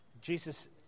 Jesus